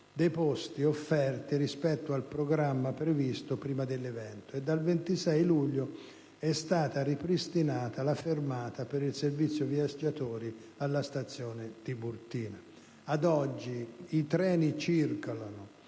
dei posti offerti rispetto al programma previsto prima dell'evento, e dal 26 luglio è stata ripristinata la fermata per il servizio viaggiatori alla stazione Tiburtina. Ad oggi i treni circolano,